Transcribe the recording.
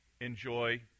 enjoy